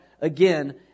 again